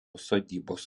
sodybos